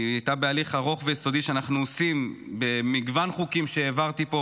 היא הייתה בהליך ארוך ויסודי שאנחנו עושים במגוון חוקים שהעברתי פה,